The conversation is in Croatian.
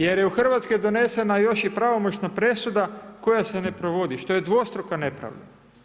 Jer je u Hrvatskoj donesena još i pravomoćna presuda koja se ne provodi što je dvostruka nepravda.